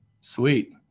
Sweet